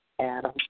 Adam